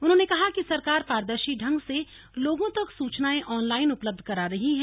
उन्होंने कहा कि सरकार पारदर्शी ढंग से लोगों तक सूचनाएं ऑनलाइन उपलब्ध करा रही है